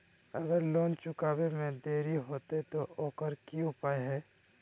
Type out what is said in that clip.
अगर लोन चुकावे में देरी होते तो ओकर की उपाय है?